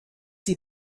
die